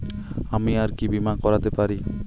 আমি আর কি বীমা করাতে পারি?